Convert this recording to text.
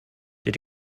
did